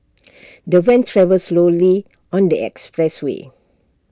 the van traveled slowly on the expressway